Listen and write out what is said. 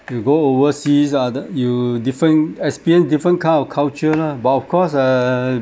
you go overseas ah th~ you different experience different kind of culture lah but of course err